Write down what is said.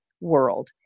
world